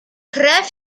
krew